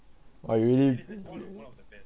oh you really